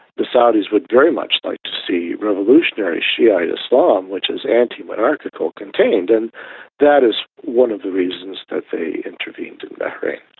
the saudis would very much like to see revolutionary shia islam, which is anti-monarchical, contained. and that is one of the reasons that they intervened in bahrain.